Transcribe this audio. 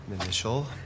Initial